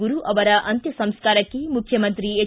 ಗುರು ಅವರ ಅಂತ್ಯ ಸಂಸ್ಕಾರಕ್ಕೆ ಮುಖ್ಯಮಂತ್ರಿ ಹೆಚ್